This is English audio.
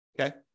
Okay